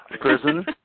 prison